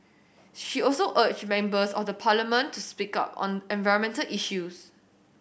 she also urged members of the Parliament to speak up on environment issues